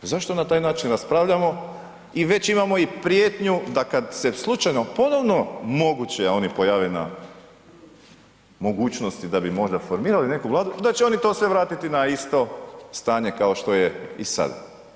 Zašto na taj način raspravljamo i već imamo i prijetnju da kad se slučajno ponovno moguće oni pojave na mogućnosti da bi možda bi formirali neku Vladu, da će oni to sve vratiti na isto stanje kao što je i sad.